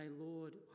Lord